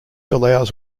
allows